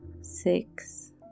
Six